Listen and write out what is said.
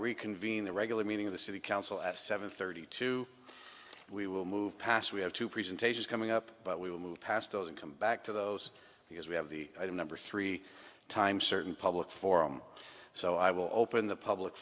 the regular meeting of the city council at seven thirty two we will move past we have to presentations coming up but we will move past those and come back to those because we have the item number three times certain public forum so i will open the public